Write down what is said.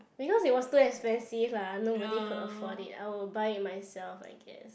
because it was too expensive lah nobody could afford it I will buy it myself I guess